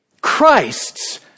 Christ's